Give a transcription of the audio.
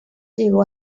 llegó